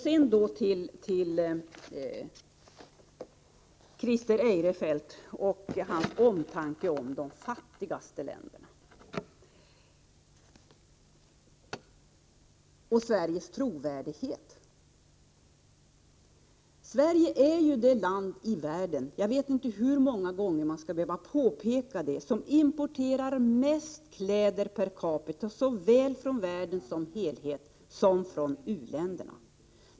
Så till Christer Eirefelt och hans omtanke om de fattigaste länderna och Sveriges trovärdighet. Sverige är ju det land i världen — jag vet inte hur många gånger man skall behöva påpeka detta — som importerar mest kläder per capita såväl från världen såsom helhet som från u-länderna.